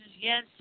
yes